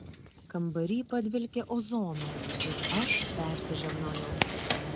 kambary padvelkė ozonu ir aš persižegnojau